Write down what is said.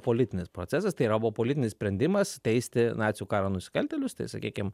politinis procesas tai yra buvo politinis sprendimas teisti nacių karo nusikaltėlius tai sakykim